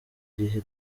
gihe